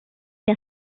das